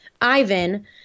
Ivan